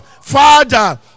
Father